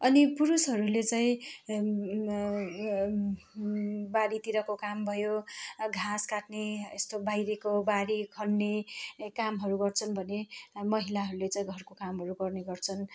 अनि पुरुषहरूले चाहिँ बारीतिरको काम भयो घाँस काट्ने यस्तो बाहिरको बारी खन्ने कामहरू गर्छन् भने महिलाहरूले चाहिँ घरको काम गर्ने गर्छन्